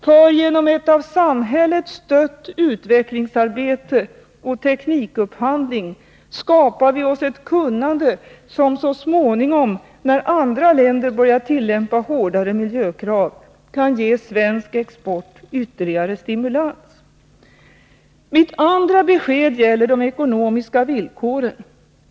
För genom ett av samhället stött utvecklingsarbete och teknikupphandling skapar vi oss ett kunnande, som så småningom — när andra länder börjar tillämpa hårdare miljökrav — kan ge svensk export ytterligare stimulans. Mitt andra besked gäller de ekonomiska villkoren.